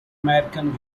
american